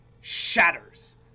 shatters